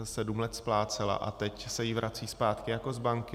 sedm let splácela a teď se jí vrací zpátky jako z banky.